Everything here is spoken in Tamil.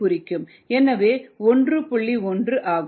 1 ஆகும்